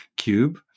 Cube